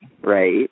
right